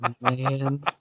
man